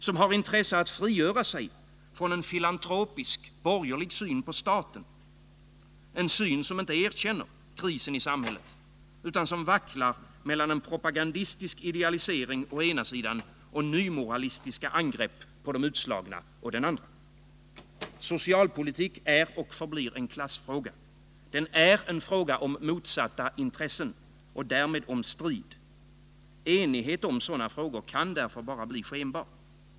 De har intresse av att frigöra sig från en filantropisk borgerlig syn på staten, en syn som inte erkänner krisen i samhället utan vacklar mellan en propagandistisk idealisering å ena sidan och nymoralistiska angrepp på de utslagna å den andra. Socialpolitik är och förblir en klassfråga. Den är en fråga om motsatta intressen och därmed om strid. Enighet om sådana frågor kan därför bara bli skenbar.